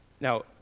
now